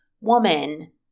woman